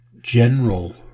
general